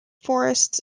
forests